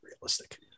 realistic